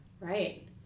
Right